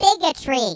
bigotry